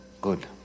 Good